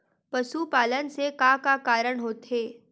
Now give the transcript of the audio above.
पशुपालन से का का कारण होथे?